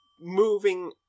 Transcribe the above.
Moving